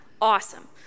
awesome